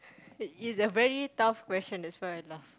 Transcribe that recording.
it is a very tough question that's why I laugh